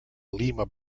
lima